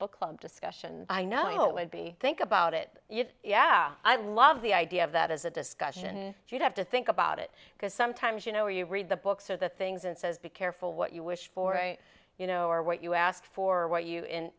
book club discussion i know would be think about it yeah i love the idea of that as a discussion you'd have to think about it because sometimes you know you read the books or the things and says be careful what you wish for you know or what you ask for what you